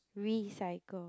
recycle